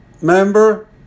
Remember